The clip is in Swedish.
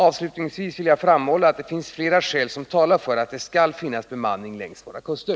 Avslutningsvis vill jag framhålla att det finns flera skäl som talar för att det skall finnas bemanning längs våra kuster.